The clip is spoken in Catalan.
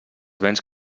béns